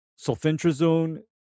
Sulfentrazone